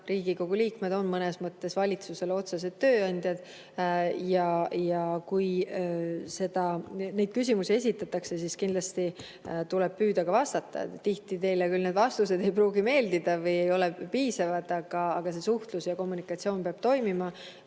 Riigikogu liikmed on mõnes mõttes valitsusele otsesed tööandjad ja kui küsimusi esitatakse, siis kindlasti tuleb püüda neile vastata. Tihti teile küll need vastused ei pruugi meeldida või ei ole piisavad, aga suhtlus ja kommunikatsioon peab toimima.